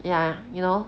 ya you know